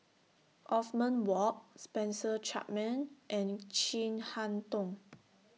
Othman Wok Spencer Chapman and Chin Harn Tong